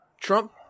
Trump